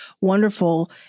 wonderful